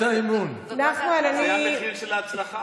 זה המחיר של ההצלחה.